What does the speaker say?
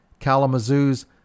Kalamazoo's